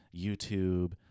YouTube